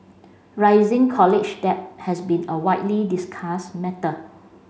rising college debt has been a widely discussed matter